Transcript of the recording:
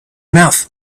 mouth